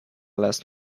last